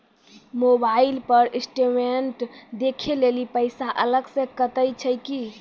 Mobile पर statement देखे लेली पैसा अलग से कतो छै की?